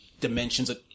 dimensions